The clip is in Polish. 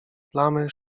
plamy